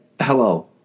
hello